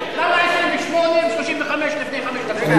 28 בעד, למה 28, אם 35 לפני חמש דקות?